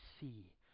see